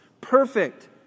Perfect